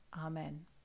Amen